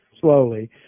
slowly